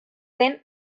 den